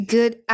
Good